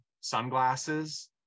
sunglasses